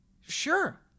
Sure